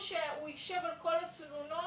כמו שאתם אומרים,